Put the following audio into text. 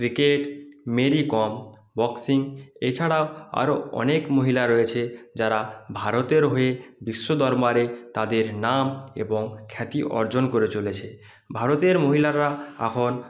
cricket Mary Kom boxing এছাড়া আরও অনেক মহিলা রয়েছে যারা ভারতের হয়ে বিশ্ব দরবারে তাদের নাম এবং খ্যাতি অর্জন করে চলেছে ভারতের মহিলারা এখন